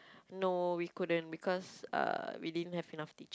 no we couldn't because uh we didn't have enough teach~